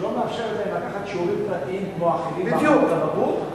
שלא מאפשרת להם לקחת שיעורים פרטיים כמו אחרים לפני בחינות הבגרות,